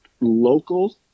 local